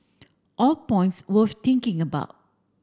all points worth thinking about